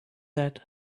that